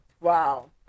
Wow